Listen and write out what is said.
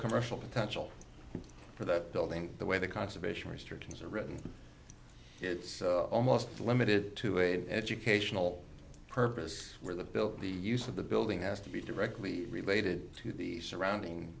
commercial potential for that building the way the conservation restrictions are written it's almost limited to a educational purpose where the bill the use of the building has to be directly related to the surrounding